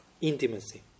intimacy